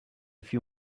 few